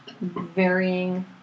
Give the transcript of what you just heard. varying